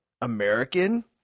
American